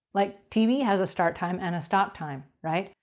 like tv has a start time and a stop time, right?